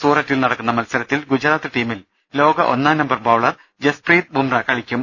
സൂററ്റിൽ നടക്കുന്ന മത്സർത്തിൽ ഗുജ റാത്ത് ടീമിൽ ലോക ഒന്നാം നമ്പർ ബൌളർ ജസ്പ്രീത് ബുംറ കളിക്കും